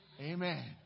Amen